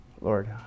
Lord